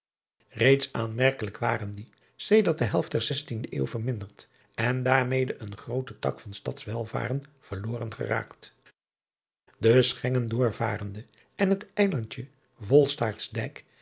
eeds aanmerkelijk waren die sedert de helft der zestien driaan oosjes zn et leven van illegonda uisman de eeuw verminderd en daarmede een groote tak van stads welvaren verloren geraakt e chengen doorvarende en het eilandje